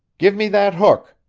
give me that hook!